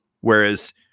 Whereas